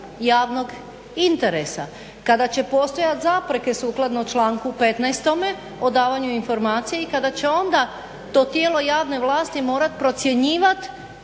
javnog interesa kada će postojati zapreke sukladno članku 15. o davanju informacija, i kada će onda to tijelo javne vlasti morat procjenjivat